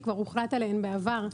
שכבר הוחלט עליהן בעבר,